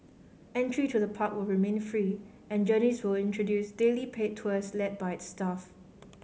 entry to the park will remain free and Journeys will introduce daily paid tours led by its staff